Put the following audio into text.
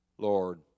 Lord